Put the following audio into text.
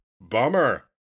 Bummer